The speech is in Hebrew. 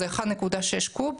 זה 1.6 קוב.